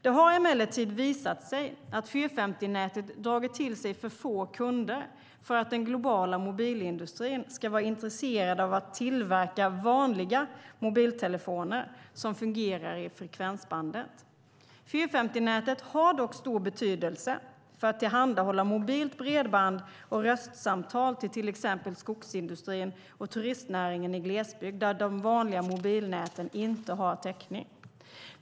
Det har emellertid visat sig att 450-nätet har dragit till sig för få kunder för att den globala mobilindustrin ska vara intresserad av att tillverka "vanliga" mobiltelefoner som fungerar i frekvensbandet. 450-nätet har dock stor betydelse för att tillhandahålla mobilt bredband och röstsamtal till exempelvis skogsindustrin och turistnäringen i glesbygd, där de vanliga mobilnäten inte har täckning.